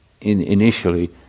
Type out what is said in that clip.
initially